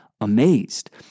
amazed